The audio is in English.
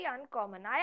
uncommon